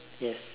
yes